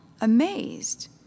amazed